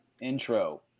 intro